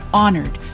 honored